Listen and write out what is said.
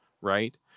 right